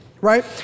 right